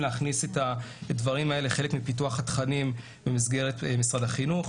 להכניס את הדברים האלה כחלק מפיתוח התכנים במסגרת משרד החינוך.